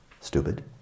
Stupid